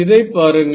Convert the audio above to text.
இதைப் பாருங்கள்